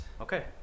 Okay